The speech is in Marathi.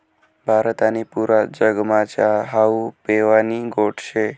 भारत आणि पुरा जगमा च्या हावू पेवानी गोट शे